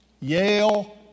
Yale